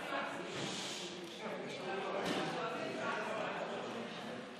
אוסאמה סעדי ועופר כסיף.